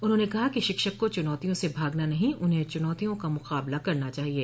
उन्होंने कहा कि शिक्षक को चुनौतियों से भागना नहीं उन्ह चुनौतियों का मुकाबला करना चाहिये